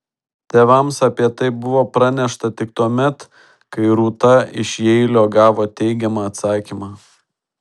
tėvams apie tai buvo pranešta tik tuomet kai rūta iš jeilio gavo teigiamą atsakymą